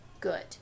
good